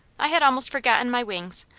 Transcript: i had almost forgotten my wings.